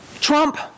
Trump